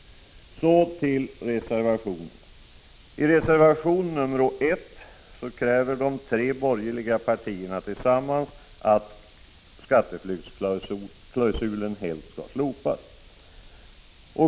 Så till reservationerna. I reservation 1 kräver de tre borgerliga partierna tillsammans att skatteflyktsklausulen helt slopas.